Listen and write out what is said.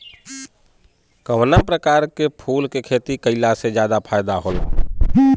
कवना प्रकार के फूल के खेती कइला से ज्यादा फायदा होला?